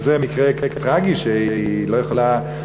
שזה מקרה טרגי שהיא לא יכולה,